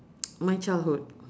my childhood